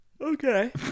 okay